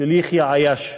של יחיא עיאש,